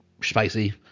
Spicy